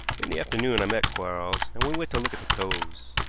in the afternoon i met quarles, and we went to look at the coves.